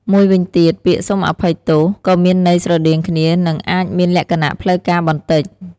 មួយវិញទៀតពាក្យ "សូមអភ័យ" ក៏មានន័យស្រដៀងគ្នា និងអាចមានលក្ខណៈផ្លូវការបន្តិច។